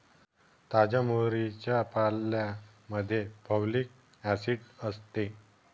ताज्या मोहरीच्या पाल्यामध्ये फॉलिक ऍसिड असते